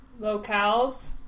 locales